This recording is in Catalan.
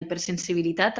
hipersensibilitat